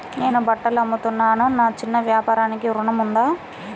నేను బట్టలు అమ్ముతున్నాను, నా చిన్న వ్యాపారానికి ఋణం ఉందా?